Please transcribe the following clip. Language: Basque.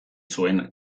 zuen